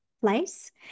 place